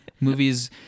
Movies